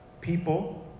People